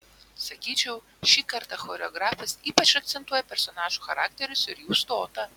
sakyčiau šį kartą choreografas ypač akcentuoja personažų charakterius ir jų stotą